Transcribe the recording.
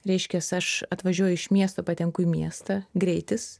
reiškias aš atvažiuoju iš miesto patenku į miestą greitis